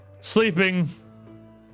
Sleeping